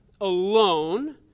alone